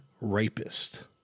rapist